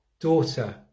Daughter